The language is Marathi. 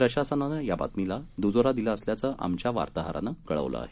प्रशासनानंयाबातमीलाद्जोरादिलाअसल्याचंआमच्यावार्ताहरानंकळवलंआहे